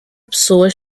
pessoas